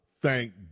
Thank